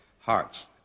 hearts